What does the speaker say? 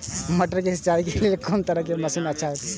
मटर के सिंचाई के लेल कोन तरह के मशीन अच्छा होते?